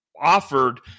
offered